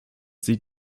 sie